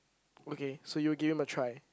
okay so you will give him a try